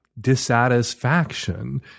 dissatisfaction